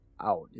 out